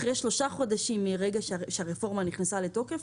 שלושה חודשים מהרגע שהרפורמה נכנסה לתוקפה,